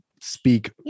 speak